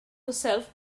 herself